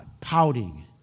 pouting